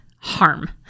harm